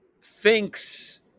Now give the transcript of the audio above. thinks